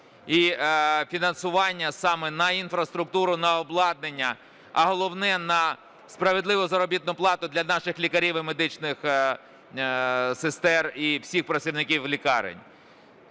і фінансування саме на інфраструктуру, на обладнання, а головне – на справедливу заробітну плату для наших лікарів і медичних сестер, і всіх працівників лікарень.